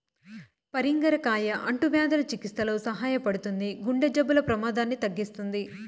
పరింగర కాయ అంటువ్యాధుల చికిత్సలో సహాయపడుతుంది, గుండె జబ్బుల ప్రమాదాన్ని తగ్గిస్తుంది